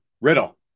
Riddle